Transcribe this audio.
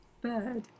bird